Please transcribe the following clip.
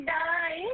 die